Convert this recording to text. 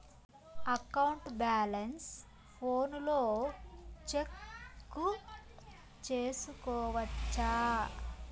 account balance ఫోనులో check సేసుకోవచ్చా